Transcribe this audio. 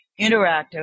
interactive